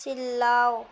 چلاؤ